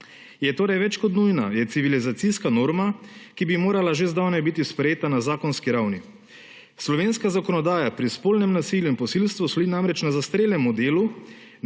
je torej več kot nujna, je civilizacijska norma, ki bi morala že zdavnaj biti sprejeta na zakonski ravni. Slovenska zakonodaja pri spolnem nasilju in posilstvu sloni namreč na zastarelem modelu